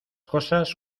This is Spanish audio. cosas